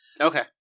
Okay